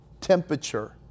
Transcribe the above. temperature